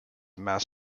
mass